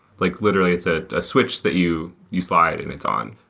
like literally, it's ah a switch that you you slide and it's on.